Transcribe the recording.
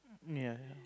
ya